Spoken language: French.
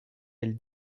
elle